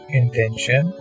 intention